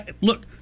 Look